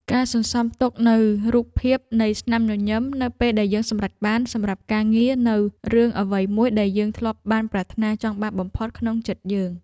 ការសន្សំទុកនូវរូបភាពនៃស្នាមញញឹមនៅពេលដែលយើងសម្រេចបានសម្រាប់ការងារនូវរឿងអ្វីមួយដែលយើងធ្លាប់បានប្រាថ្នាចង់បានបំផុតក្នុងចិត្តយើង។